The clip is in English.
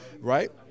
right